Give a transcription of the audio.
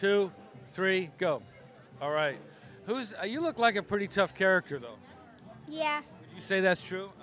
two three go all right who's you look like a pretty tough character though yeah you say that's true